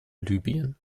libyen